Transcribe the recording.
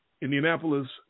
Indianapolis